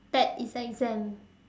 that is exam